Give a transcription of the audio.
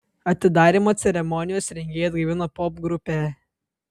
atidarymo ceremonijos rengėjai atgaivino popgrupę